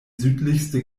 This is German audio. südlichste